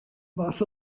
fath